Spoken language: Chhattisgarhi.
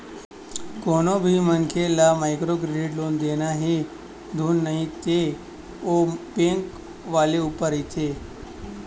कोनो भी मनखे ल माइक्रो क्रेडिट लोन देना हे धुन नइ ते ओ बेंक वाले ऊपर रहिथे